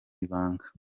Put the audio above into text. ibanga